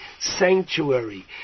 sanctuary